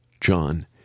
John